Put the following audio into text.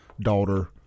daughter